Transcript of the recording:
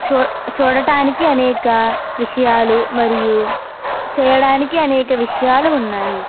చూడటానికి అనేక విషయాలు మరియు చేయడానికి అనేక విషయాలు ఉన్నాయి